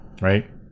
Right